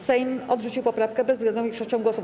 Sejm odrzucił poprawkę bezwzględną większością głosów.